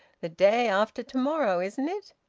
the day after to-morrow, isn't it?